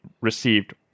received